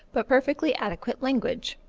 but perfectly adequate, language.